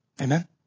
Amen